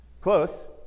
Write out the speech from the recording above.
Close